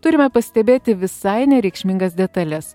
turime pastebėti visai nereikšmingas detales